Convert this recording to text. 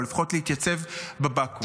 או לפחות להתייצב בבקו"ם.